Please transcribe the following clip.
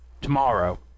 Tomorrow